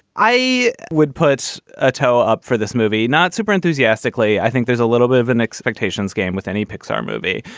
i would put a toe up for this movie, not super enthusiastically. i think there's a little bit of an expectations game with any pixar movie.